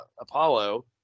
Apollo